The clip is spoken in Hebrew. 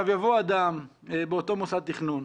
יבוא אדם באותו מוסד תכנון,